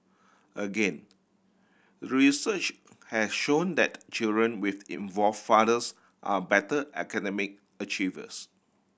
again research has shown that children with involved fathers are better academic achievers